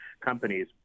companies